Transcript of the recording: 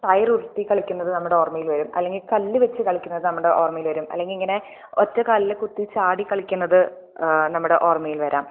tyre ഉരുട്ടി കളിക്കുന്നത് നമ്മുടെ ഓർമയിൽ വരും അല്ലെങ്കിൽ കല്ല് വെച്ച് കളിക്കുന്നത് നമ്മുടെ ഓർമയിൽ വരും അല്ലെങ്കിൽ എങ്ങനെ ഒറ്റ കാലിൽ കുത്തി ചാടികളിക്കുന്നത് നമ്മുടെ ഓർമയിൽ വരാം